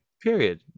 Period